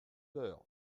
l’heure